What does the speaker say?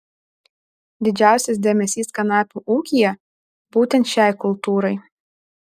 didžiausias dėmesys kanapių ūkyje būtent šiai kultūrai